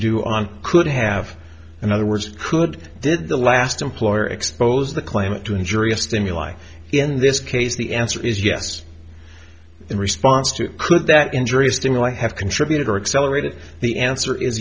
do on could have in other words could did the last employer expose the claimant to injury of stimuli in this case the answer is yes in response to that injury stimuli have contributed or accelerated the answer is